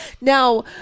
Now